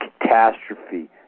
catastrophe